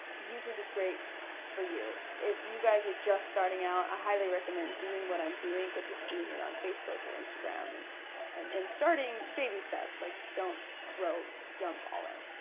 youtube is great for you. if you guys are just starting out, i highly recommend doing what i'm doing, but just doing it on facebook or instagram, and and and starting, baby steps. like don't throw, don't jump all in.